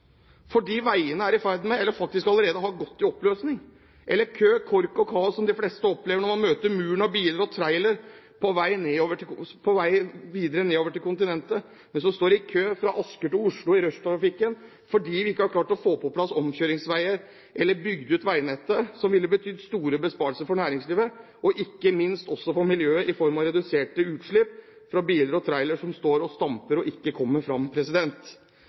fordi veiene er i ferd med å gå i oppløsning eller faktisk allerede har gjort det. Det er ofte kø, kork og kaos, som de fleste opplever når man møter muren av biler og trailere på vei videre nedover til kontinentet mens man står i kø fra Asker til Oslo i rushtrafikken, fordi vi ikke har klart å få på plass omkjøringsveier eller har bygd ut veinettet, som ville betydd store besparelser for næringslivet, og ikke minst også for miljøet i form av reduserte utslipp fra biler og trailere som står og stamper og ikke kommer fram.